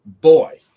boy